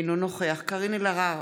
אינו נוכח קארין אלהרר,